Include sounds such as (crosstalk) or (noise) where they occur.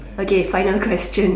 okay final question (breath)